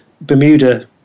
Bermuda